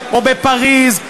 או בפריז,